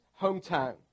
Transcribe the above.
hometown